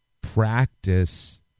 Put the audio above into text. practice